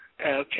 Okay